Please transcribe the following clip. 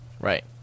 right